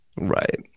Right